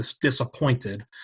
disappointed